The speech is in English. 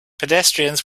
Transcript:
pedestrians